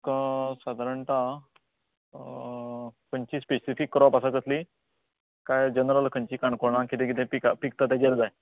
तुका सादारण ता खंयची स्पेसीफीक क्रोप्स आसा थंयसरलीं कांय जनरल खंयचीं काणकोणां कितें कितें पिकता तेजेर जाय